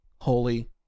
Holy